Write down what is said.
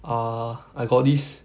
uh I got this